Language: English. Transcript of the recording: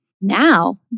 Now